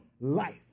life